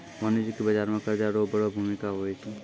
वाणिज्यिक बाजार मे कर्जा रो बड़ो भूमिका हुवै छै